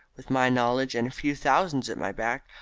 with my knowledge, and a few thousands at my back,